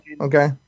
okay